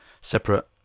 separate